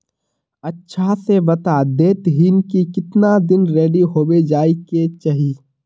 अच्छा से बता देतहिन की कीतना दिन रेडी होबे जाय के चही?